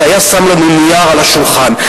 והיה שם לנו נייר על השולחן.